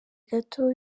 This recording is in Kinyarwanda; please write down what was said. gato